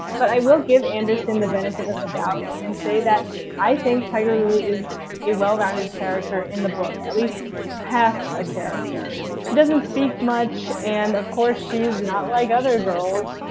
but i will give anderson the benefit of the doubt and say that i think tiger lily is a well-rounded character in the book, at least half a character. she doesn't speak much, and of course she's not like other girls,